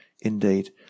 Indeed